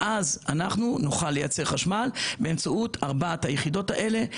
ואז נוכל לייצר חשמל באמצעות ארבעת היחידות האלו,